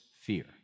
fear